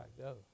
go